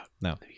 No